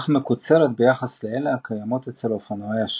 אך מקוצרת ביחס לאלו הקיימות אצל אופנועי השטח.